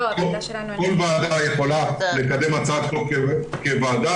כל ועדה יכולה לקדם הצעת חוק כוועדה,